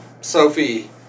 Sophie